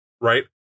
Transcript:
right